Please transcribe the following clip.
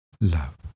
love